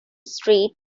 street